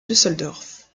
düsseldorf